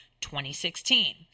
2016